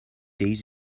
days